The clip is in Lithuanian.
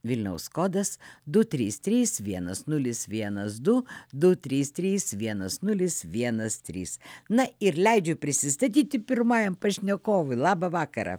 vilniaus kodas du trys trys vienas nulis vienas du du trys trys vienas nulis vienas trys na ir leidžiu prisistatyti pirmajam pašnekovui labą vakarą